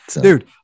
Dude